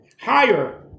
higher